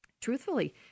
truthfully